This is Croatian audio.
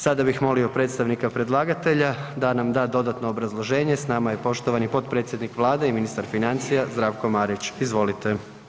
Sada bih molio predstavnika predlagatelja da nam da dodatno obrazloženje, s nama je poštovani potpredsjednik Vlade i ministar financija, Zdravko Marić, izvolite.